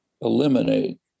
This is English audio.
eliminate